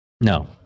No